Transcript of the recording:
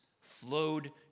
flowed